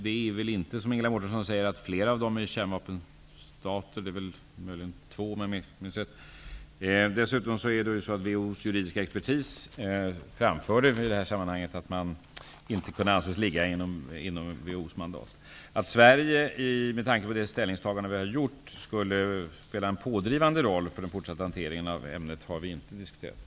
Det är väl inte så som Ingela Mårtensson säger, att flera av dem är kärnvapenstater. Det är väl möjligen fråga om två, om jag minns rätt. Dessutom framförde WHO:s juridiska expertis i detta sammanhang att frågan inte kunde anses ligga inom WHO:s mandat. Att Sverige, med tanke på det ställningstagande vi har gjort skulle spela en pådrivande roll för den fortsatta hanteringen av ämnet, har inte diskuterats.